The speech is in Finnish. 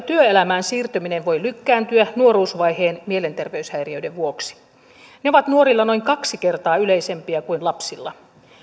työelämään siirtyminen voi lykkääntyä nuoruusvaiheen mielenterveyshäiriöiden vuoksi ne ovat nuorilla noin kaksi kertaa yleisempiä kuin lapsilla